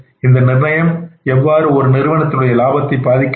இந்த நிர்ணயம் எவ்வாறு ஒரு நிறுவனத்தின் லாபத்தை பாதிக்கின்றது